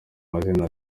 mazina